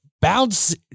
bounce